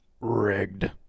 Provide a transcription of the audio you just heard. Rigged